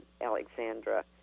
Alexandra